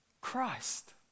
Christ